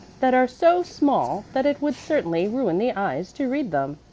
that are so small that it would certainly ruin the eyes to read them.